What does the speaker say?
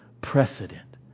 precedent